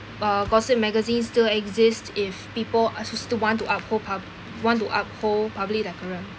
uh gossip magazines still exist if people are s~ s~ still want to uphold pub~ want to uphold public decorum